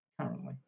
Currently